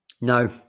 No